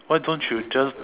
why don't you just